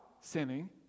sinning